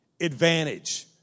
advantage